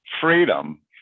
freedom